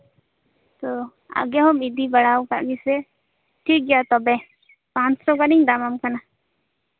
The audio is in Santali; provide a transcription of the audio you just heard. ᱛᱳ ᱟᱜᱮ ᱦᱚᱢ ᱤᱫᱤ ᱵᱟᱲᱟ ᱠᱟᱜ ᱜᱮᱥᱮ ᱴᱷᱤᱠ ᱜᱮᱭᱟ ᱛᱚᱵᱮ ᱢᱚᱬᱮ ᱥᱟᱭ ᱜᱟᱱᱤᱧ ᱫᱟᱢ ᱟᱢ ᱠᱟᱱᱟ